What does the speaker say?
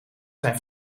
zijn